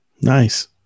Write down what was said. Nice